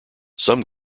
some